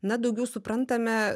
na daugiau suprantame